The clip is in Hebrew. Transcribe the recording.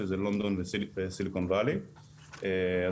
אז ככה שהתופעה היא לא רק ייחודית לישראל.